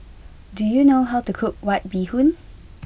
do you know how to cook White Bee Hoon